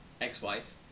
ex-wife